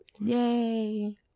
Yay